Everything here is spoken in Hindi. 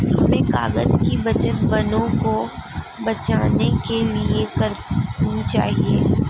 हमें कागज़ की बचत वनों को बचाने के लिए करनी चाहिए